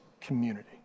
community